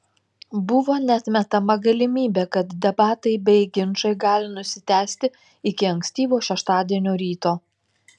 buvo neatmetama galimybė kad debatai bei ginčai gali nusitęsti iki ankstyvo šeštadienio ryto